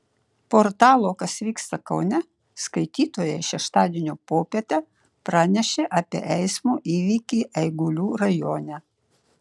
portalo kas vyksta kaune skaitytojai šeštadienio popietę pranešė apie eismo įvykį eigulių rajone